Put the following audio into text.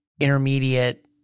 intermediate